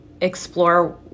explore